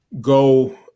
go